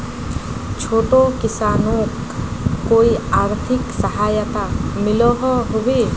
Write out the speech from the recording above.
छोटो किसानोक कोई आर्थिक सहायता मिलोहो होबे?